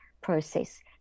process